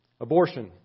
Abortion